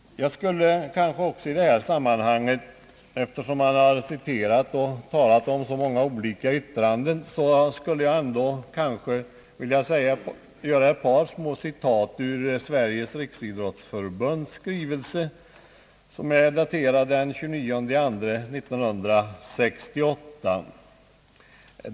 Eftersom man har citerat och talat om så många olika yttranden, skulle jag också vilja anföra ett citat ur Sveriges riksidrottsförbunds skrivelse, daterad den 29 februari 1968.